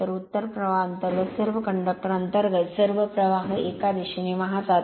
तर उत्तर प्रवाह अंतर्गत सर्व कंडक्टर अंतर्गत सर्व प्रवाह एका दिशेने वाहतात